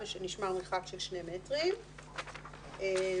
ושנשמר מרחק של שני מטרים לפחות בינו לבין התלמידים".